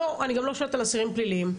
אני גם לא שואלת על אסירים פליליים,